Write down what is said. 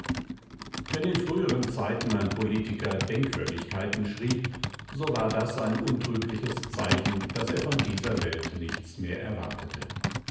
wenn in früheren zeiten ein politiker denkwürdigkeiten schrieb so war das ein untrügliches zeichen daß er von dieser welt nichts mehr erwartete